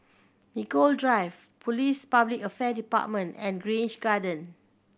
Nicoll Drive Police Public Affairs Department and Grange Garden